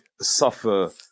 suffer